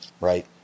Right